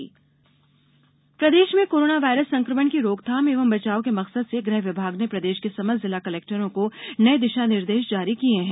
corona बचाव प्रदेश में कोरोना वायरस संक्रमण की रोकथाम एवं बचाव के मकसद से गृह विभाग ने प्रदेश के समस्त जिला कलेक्टरों को नए दिशा निर्देश जारी किये हैं